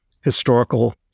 historical